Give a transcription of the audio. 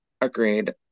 Agreed